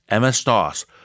MS-DOS